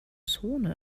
zone